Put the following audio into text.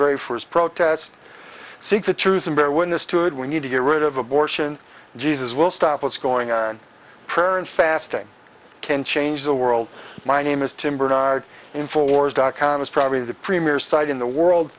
very first protest seek the truth and bear witness to it we need to get rid of abortion jesus will stop what's going on prayer and fasting can change the world my name is tim bernard inforce dot com is probably the premier site in the world